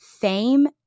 fame